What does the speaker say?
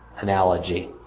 analogy